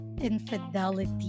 infidelity